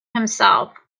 himself